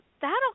that'll